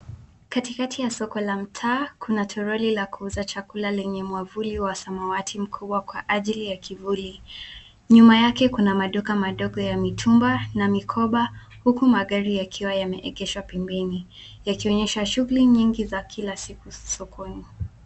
Katikati ya soko la mtaa kuna toroli la kuuza chakula lenye mwavuli wa samawati mkubwa kwa ajili ya kivuli. Nyuma yake kuna maduka madogo ya mitumba na mikoba huku magari yakiwa yameegeshwa pembeni yakionyesha shughuli nyingi za kila siku sokoni.